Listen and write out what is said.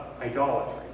idolatry